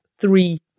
three